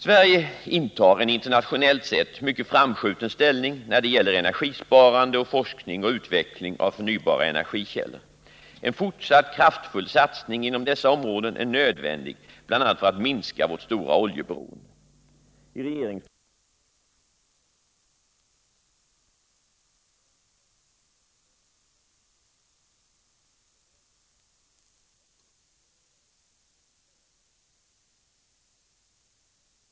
Sverige intar en internationellt sett mycket framskjuten ställning när det gäller energisparande och forskning och utveckling av förnybara energikällor. En fortsatt kraftfull satsning inom dessa områden är nödvändig, bl.a. för att minska vårt stora oljeberoende. I regeringsförklaringen uttalas bl.a. att stora resurser måste satsas på energihushållning. Oljan måste stegvis ersättas med uthålliga energikällor, helst förnybara och inhemska, med minsta möjliga miljöpåverkan. Program för energisparande i näringslivet och transportsektorn utarbetas.